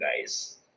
guys